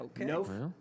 Okay